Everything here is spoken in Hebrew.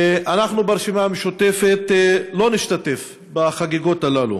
ואנחנו, ברשימה המשותפת, לא נשתתף בחגיגות האלה.